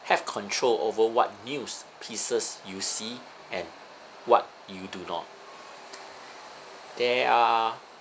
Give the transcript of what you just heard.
have control over what news pieces you see and what you do not there are